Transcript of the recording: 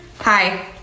Hi